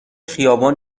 خیابان